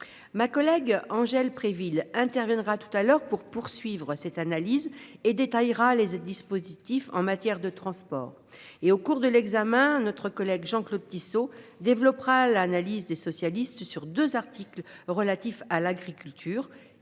Ma collègue Angèle Préville interviendra tout à l'heure pour poursuivre cette analyse et détaillera les autres dispositifs en matière de transport et au cours de l'examen. Notre collègue Jean-Claude Tissot développera l'analyse des socialistes sur deux articles relatifs à l'agriculture